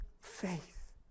faith